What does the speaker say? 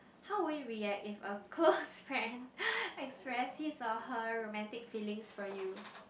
how would you react if a close friend express his or her romantic feelings for you